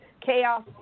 chaos